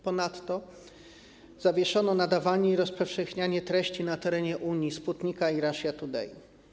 Ponadto zawieszono nadawanie i rozpowszechnianie treści na terenie Unii Sputnika i Russia Today.